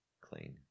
clean